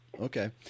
Okay